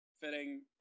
fitting